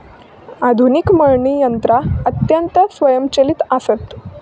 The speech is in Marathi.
आधुनिक मळणी यंत्रा अत्यंत स्वयंचलित आसत